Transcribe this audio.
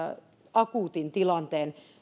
akuutin tilanteen